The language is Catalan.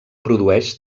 produeix